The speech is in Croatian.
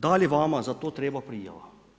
Da li vama za to treba prijava?